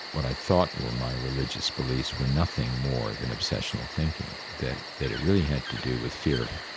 what i thought were my religious beliefs, were nothing more than obsessional thinking, that that it really had to do with fear of,